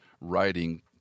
writing